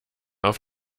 auf